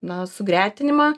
na sugretinimą